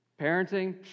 Parenting